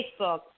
Facebook